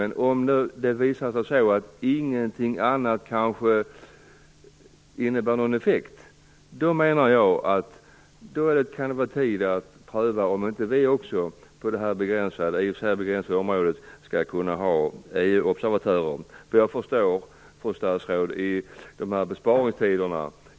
Men om ingenting annat får någon effekt menar jag att det kan vara lämpligt att pröva om inte vi också, på det här i och för sig begränsade området, skall kunna ha EU-observatörer.